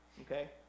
Okay